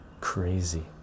crazy